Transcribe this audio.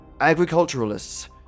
Agriculturalists